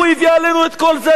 הוא הביא עלינו את כל זה,